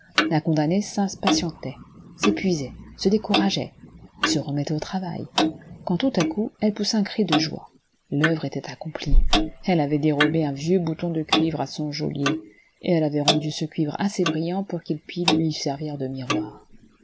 la condamnée s'impatientait s'épuisait se décourageait se remettait au travail quand tout à coup elle poussa un cri de joie l'oeuvre était accomplie elle avait dérobé un vieux bouton de cuivre à son geôlier et elle avait rendu ce cuivre assez brillant pour qu'il pût lui servir de miroir